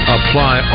Apply